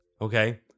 Okay